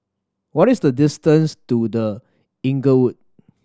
what is the distance to The Inglewood